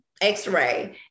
x-ray